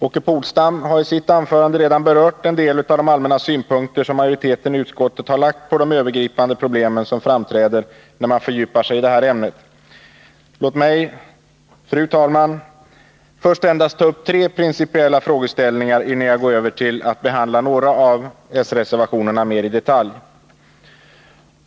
Åke Polstam har i sitt anförande redan berört en del av de allmänna synpunkter som majoriteten i utskottet har anlagt på de övergripande problem som framträder när man fördjupar sig i detta ämne. Låt mig, fru talman, endast ta upp tre principiella frågeställningar, innan jag går över till att behandla några av s-reservationerna mer i detalj.